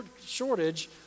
shortage